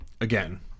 again